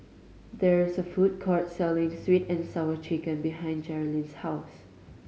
there is a food court selling Sweet And Sour Chicken behind Jerilyn's house